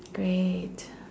great